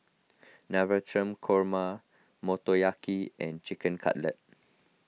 Navratan Korma Motoyaki and Chicken Cutlet